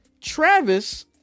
Travis